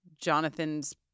Jonathan's